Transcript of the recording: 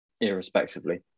irrespectively